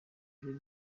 byo